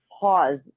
pause